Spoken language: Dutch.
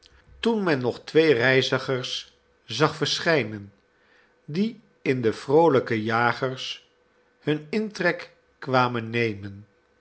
toen men nog twee reizigers zag verschijnen die in de vroolijke jagers hun intrek kwamen nemen